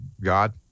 god